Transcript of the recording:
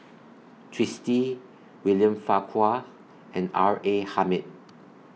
Twisstii William Farquhar and R A Hamid